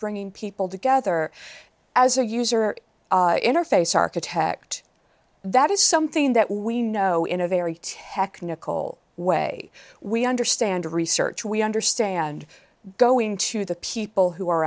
bringing people together as a user interface architect that is something that we know in a very technical way we understand research we understand going to the people who are